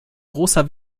großer